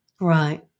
right